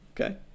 Okay